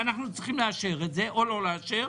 ואנחנו צריכים לאשר את זה או לא לאשר,